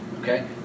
Okay